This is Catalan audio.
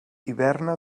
hiberna